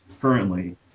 currently